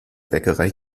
bäckerei